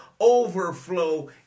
Overflow